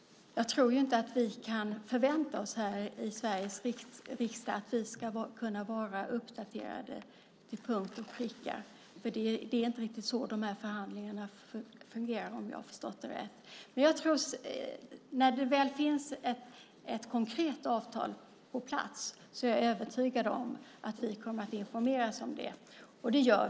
Jag tror inte att vi här i Sveriges riksdag kan förvänta oss att vara uppdaterade till punkt och pricka. Det är inte riktigt så förhandlingarna fungerar, om jag har förstått det rätt. Men när det väl finns ett konkret avtal på plats är jag övertygad om att vi kommer att informeras om det.